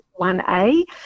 1A